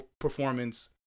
performance